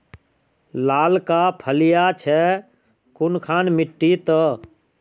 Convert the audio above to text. लालका फलिया छै कुनखान मिट्टी त?